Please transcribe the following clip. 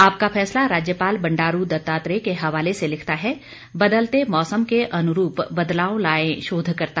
आपका फैसला राज्यपाल बंडारू दत्तात्रेय के हवाले से लिखता है बदलते मौसम के अनुरूप बदलाव लाएं शोधकर्ता